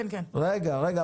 רגע, רגע.